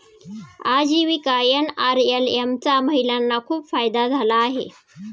आजीविका एन.आर.एल.एम चा महिलांना खूप फायदा झाला आहे